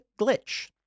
glitch